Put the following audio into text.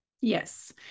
Yes